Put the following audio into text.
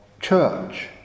church